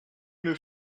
jeune